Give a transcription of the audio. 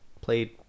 played